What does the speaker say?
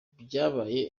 byabaye